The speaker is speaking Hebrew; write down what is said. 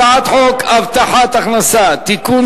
הצעת חוק הבטחת הכנסה (תיקון,